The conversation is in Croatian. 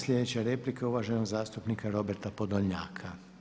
Slijedeća replika je uvaženog zastupnika Roberta Podolnjaka.